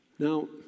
Now